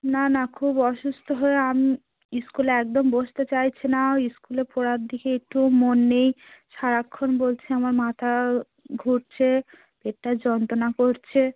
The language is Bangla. না না খুব অসুস্থ হয়ে স্কুলে একদম বসতে চাইছে না স্কুলে পড়ার দিকে একটুও মন নেই সারাক্ষণ বলছে আমার মাথা ঘুরছে পেটটা যন্ত্রণা করছে